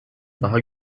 daha